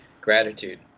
gratitude